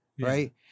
right